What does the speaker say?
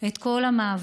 את כל המאבק,